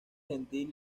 gentil